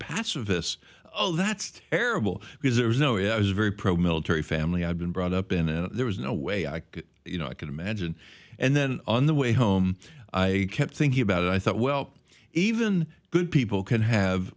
this oh that's terrible because there was no it was very pro military family i've been brought up in and there was no way i could you know i could imagine and then on the way home i kept thinking about it i thought well even good people can have